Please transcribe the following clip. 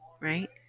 right